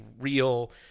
real